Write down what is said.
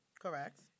correct